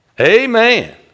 Amen